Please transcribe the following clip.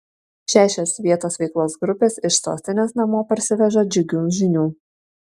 šešios vietos veiklos grupės iš sostinės namo parsiveža džiugių žinių